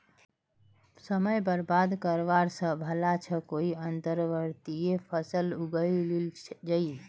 समय बर्बाद करवा स भला छ कोई अंतर्वर्ती फसल उगइ लिल जइ